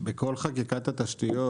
בכל חקיקת התשתיות